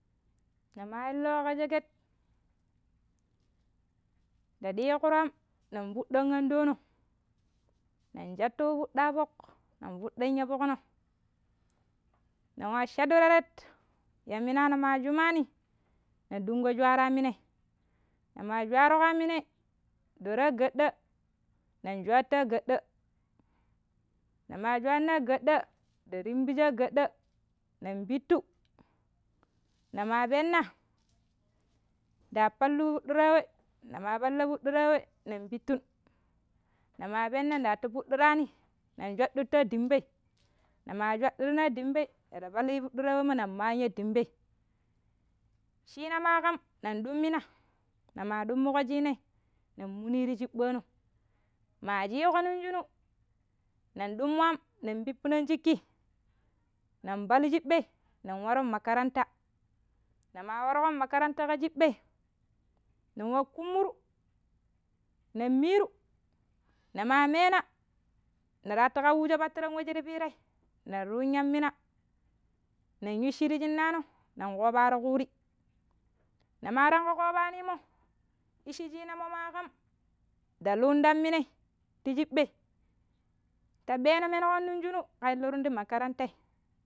Ne maa illuƙo ƙa sheket nda ɗiikuru am ne fuɗɗon anɗoono̱ nen shattu wuɗa fok nen fo̱ɗɗo̱n yatoƙno̱. Nen wa shadu reret yaminanu jumani na ɗungƙo chwaaro̱ yammimai. Ne maa chwaaruo̱o yamminai nda rwaa ga̱ɗɗa̱ nen shwaattu ya ga̱ɗɗa̱i ne maa shwaana ya ga̱ɗɗa̱, rimbiyo̱ ya ga̱ɗɗa̱, nen pittu ne maa penna, nda pallu wu fuɗɗiraa we, ne maa palla wu fuɗɗiraa we, nen pittun, ne maa penna ndaatti fuɗɗirani nen shwaɗɗuttu ya dimba̱i ne maa shwaɗɗina ya dimba̱i, nera pallu wu fuɗɗuraa wemmo nen maan yadimba̱i ciina maa ƙan nen ɗummina ne maa ɗummuƙo ciinai, nen muni ti chiɓɓa̱a̱no̱ maa ciiƙo no̱ng shinu nen ɗummo̱ am nen pippina̱n shikki nen pallu chiɓei nen waro̱n makaranta. Ne maa warƙon makaranta ƙa chiɓɓei nen wa kummaru nen niiru, nen maa meena, ne raatti ƙawujo̱ pattiran we shir piirai, nen ruun yammina nen yu shiri shinnaano̱, nen ƙoovo̱ waro̱ ƙuuri ne maa tangƙo ƙoobaanimo̱, ɗicci ciinammo̱ maa ƙam nda luun ta minai ti chiɓɓei. Ta ɓeeno̱ menuƙon no̱ng shiuu ka ilhirun ti makarantai.